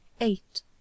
eight